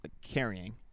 carrying